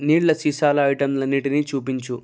నీళ్ళ సీసాలు ఐటెంలన్నిటినీ చూపించు